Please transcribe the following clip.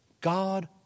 God